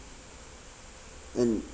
and